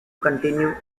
continue